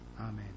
Amen